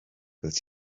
byddet